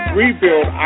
rebuild